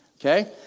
Okay